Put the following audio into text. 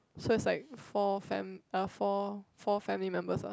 so is like four fam~ uh four four family members ah